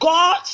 God